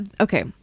okay